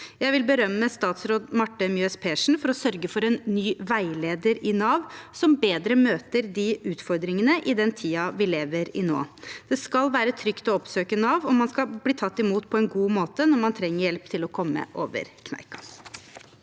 Jeg vil berømme statsråd Marte Mjøs Persen for å sørge for en ny veileder i Nav, som bedre møter de utfordringene i den tiden vi lever i nå. Det skal være trygt å oppsøke Nav, og man skal bli tatt imot på en god måte når man trenger hjelp til å komme over kneika.